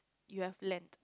you have learn